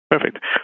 Perfect